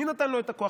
מי נתן לו את הכוח?